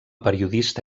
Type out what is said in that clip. periodista